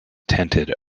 tinted